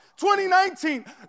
2019